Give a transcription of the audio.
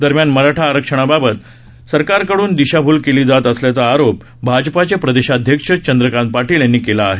दरम्यान मराठा आरक्षणाबाबत सरकारकडून दिशाभूल केली जात असल्याचा आरोप भाजपाचे प्रदेशाध्यक्ष चंद्रकांत पाटील यांनी केला आहे